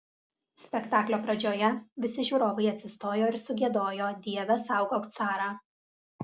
spektaklio pradžioje visi žiūrovai atsistojo ir sugiedojo dieve saugok carą